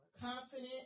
Confident